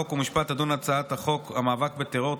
חוק ומשפט תדון בהצעת חוק המאבק בטרור (תיקון,